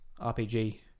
RPG